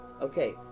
Okay